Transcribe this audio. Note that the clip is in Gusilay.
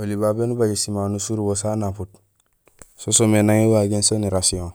Oli babé nubajé simano surubo sanaput. So soomé nang éwagéén sén érasihon.